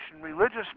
religious